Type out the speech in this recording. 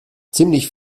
ziemlich